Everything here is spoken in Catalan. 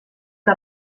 que